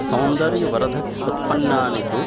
सौन्दर्यवर्धक उत्पन्नानि तु